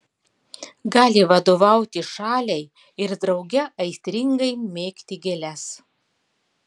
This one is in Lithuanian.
gali vadovauti šaliai ir drauge aistringai mėgti gėles